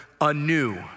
anew